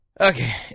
Okay